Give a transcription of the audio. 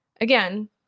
again